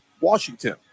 Washington